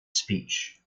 speech